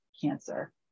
cancer